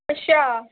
ਅੱਛਾ